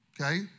okay